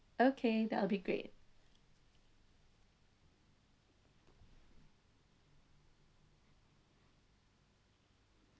okay that'll be great